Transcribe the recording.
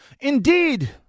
Indeed